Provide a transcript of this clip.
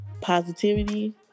positivity